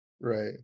Right